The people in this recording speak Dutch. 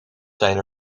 zijn